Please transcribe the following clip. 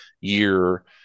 year